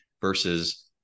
versus